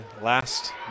last